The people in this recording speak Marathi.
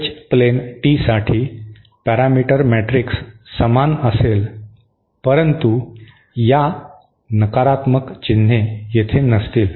एच प्लेन टीसाठी पॅरामीटर मॅट्रिक्स समान असेल परंतु या नकारात्मक चिन्हे येथे नसतील